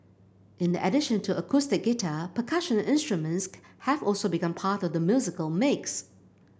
in addition to acoustic guitar percussion instruments have also become part of the musical mix